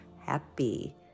happy